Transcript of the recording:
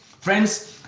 friends